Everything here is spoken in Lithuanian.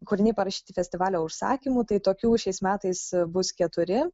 kūriniai parašyti festivalio užsakymu tai tokių šiais metais bus keturi